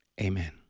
Amen